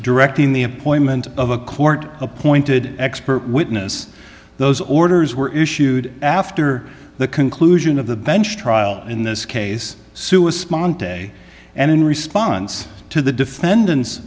directing the appointment of a court appointed expert witness those orders were issued after the conclusion of the bench trial in this case sue is spawn today and in response to the defendant's